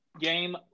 game